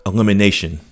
Elimination